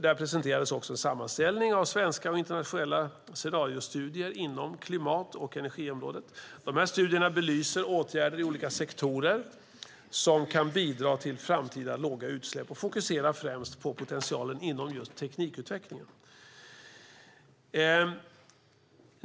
Där presenterades också en sammanställning av svenska och internationella scenariostudier inom klimat och energiområdet. Dessa studier belyser åtgärder i olika sektorer som kan bidra till framtida låga utsläpp och fokuserar främst på potentialen inom just teknikutvecklingen.